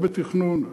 לא בתכנון,